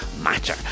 matter